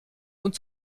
und